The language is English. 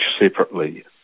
separately